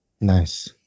Nice